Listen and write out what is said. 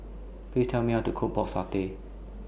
Please Tell Me How to Cook Pork Satay